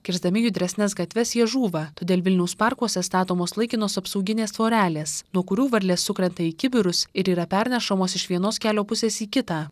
kirsdami judresnes gatves jie žūva todėl vilniaus parkuose statomos laikinos apsauginės tvorelės nuo kurių varlės sukrenta į kibirus ir yra pernešamos iš vienos kelio pusės į kitą